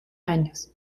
años